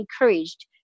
encouraged